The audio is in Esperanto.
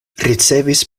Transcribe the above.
ricevis